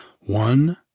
one